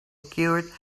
cured